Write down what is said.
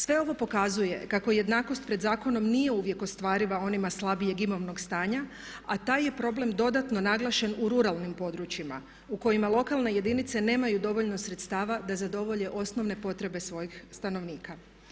Sve ovo pokazuje kako jednakost pred zakonom nije uvijek ostvariva onima slabijeg imovnog stanja a taj je problem dodatno naglašen u ruralnim područjima u kojima lokalne jedinice nemaju dovoljno sredstava da zadovolje osnovne potrebe svojih stanovnika.